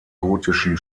gotischen